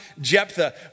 Jephthah